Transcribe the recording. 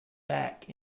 back